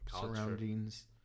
surroundings